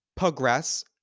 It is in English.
progress